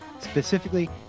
specifically